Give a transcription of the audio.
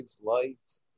lights